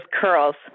curls